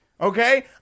okay